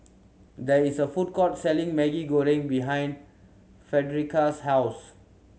there is a food court selling Maggi Goreng behind Frederica's house